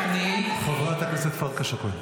--- חברת הכנסת פרקש הכהן.